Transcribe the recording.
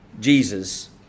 Jesus